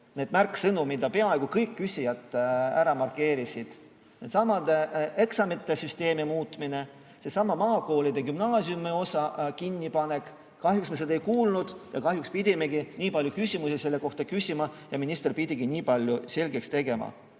neid märksõnu, mida peaaegu kõik küsijad ära markeerisid, nagu seesama eksamite süsteemi muutmine, maakoolide gümnaasiumiosa kinnipanek. Kahjuks me seda ei kuulnud, kahjuks pidime nii palju küsimusi selle kohta küsima ja minister pidi nii palju selgeks tegema.